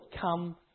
come